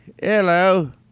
Hello